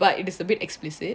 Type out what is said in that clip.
but it's a bit explicit